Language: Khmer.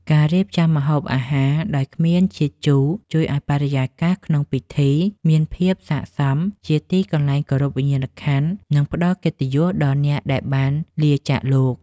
ការរៀបចំម្ហូបអាហារដោយគ្មានជាតិជូរជួយឱ្យបរិយាកាសក្នុងពិធីមានភាពសក្តិសមជាទីកន្លែងគោរពវិញ្ញាណក្ខន្ធ និង ផ្ដល់កិត្តិយសដល់អ្នកដែលបានលាចាកលោក។